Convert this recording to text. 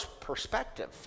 perspective